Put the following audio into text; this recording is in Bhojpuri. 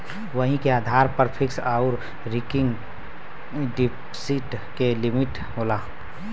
वही के आधार पर फिक्स आउर रीकरिंग डिप्सिट के लिमिट होला